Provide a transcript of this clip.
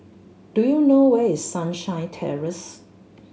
do you know where is Sunshine Terrace